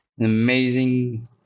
amazing